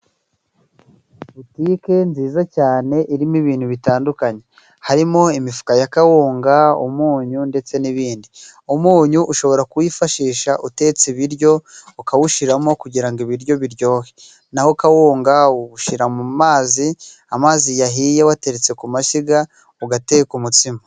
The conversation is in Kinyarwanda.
Butike nziza cyane irimo ibintu bitandukanye. Harimo imifuka ya kawunga, umunyu ndetse n'ibindi. Umunyu ushobora kuwifashisha utetse ibiryo ukawushiramo kugira ngo ibiryo biryohe, naho kawunga uwushyira mu mazi, amazi yahiye wateretse ku mashyiga, ugateka umutsima.